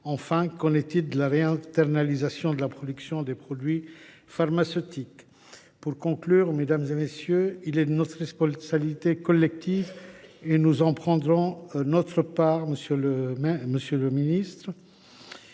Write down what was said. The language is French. Enfin, qu’en est il de la réinternalisation de la production des produits pharmaceutiques ? Pour conclure, il est de notre responsabilité collective – nous en prendrons notre part, monsieur le ministre